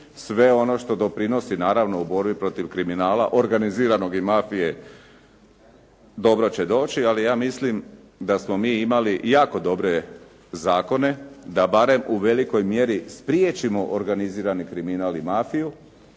sve ono što doprinosi naravno u borbi protiv kriminala, organiziranog i mafije, dobro će doći, ali ja mislim da smo mi imali jako dobre zakone, da barem u velikoj mjeri spriječimo organizirani kriminal i mafiju,